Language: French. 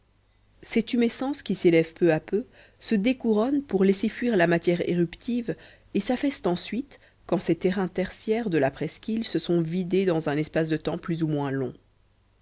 ces tumescences qui s'élèvent peu à peu se découronnent pour laisser fuir la matière éruptive et s'affaissent ensuite quand ces terrains tertiaires de la presqu'île se sont vidés dans un espace de temps plus ou moins long